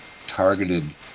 targeted